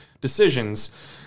decisions